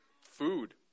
food